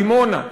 דימונה,